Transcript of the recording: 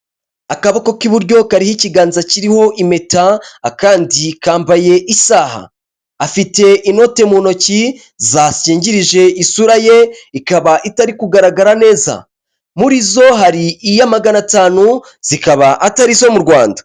Akaboko k'iburyo kariho ikiganza kiriho impeta akandi kambaye isaha, afite inote mu ntoki zakingirije isura ye ikaba itari kugaragara neza, muri zo hari iya magana atanu zikaba atarizo mu Rwanda.